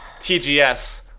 TGS